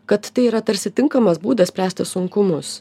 kad tai yra tarsi tinkamas būdas spręsti sunkumus